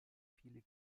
viele